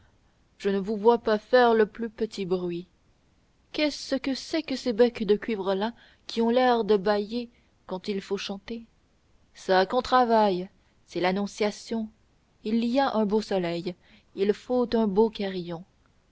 je ne vous vois pas faire le plus petit bruit qu'est-ce que c'est que ces becs de cuivre là qui ont l'air de bâiller quand il faut chanter çà qu'on travaille c'est l'annonciation il y a un beau soleil il faut un beau carillon